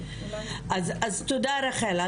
אז תודה, רחל.